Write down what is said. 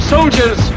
Soldiers